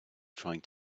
trying